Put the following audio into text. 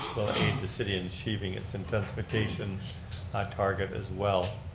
will aid the city in achieving its intensification target as well.